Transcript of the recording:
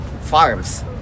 farms